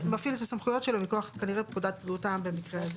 הסמכויות שלו מכוח כנראה פקודת בריאות העם במקרה הזה.